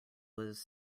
was